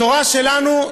התורה שלנו,